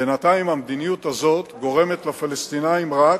בינתיים המדיניות הזאת גורמת לפלסטינים רק,